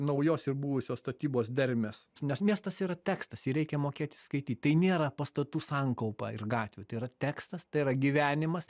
naujos ir buvusios statybos dermės nes miestas yra tekstas jį reikia mokėti skaityt tai nėra pastatų sankaupa ir gatvių tai yra tekstas tai yra gyvenimas